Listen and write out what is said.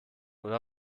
oder